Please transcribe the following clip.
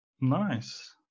Nice